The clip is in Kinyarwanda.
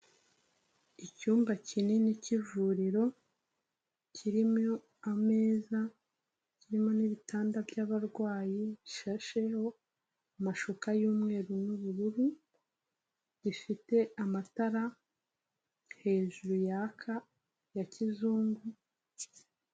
Icyumba kinini cy'ivuriro kirimo ameza, kirimo n'ibitanda by'abarwayi bihasheho amashuka y'umweru n'ubururu, gifite amatara hejuru yaka ya kizungu.